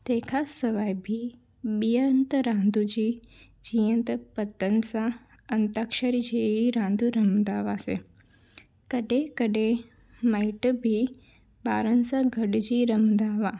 तंहिं खां सवाइ बि ॿिए हंदि रांदू जीअं त पतनि सां अंताक्षरी जहिड़ी रांदियूं रमंदा हुआसीं कॾहिं कॾहिं माइट बि ॿारनि सां गॾिजी रमंदा हुआ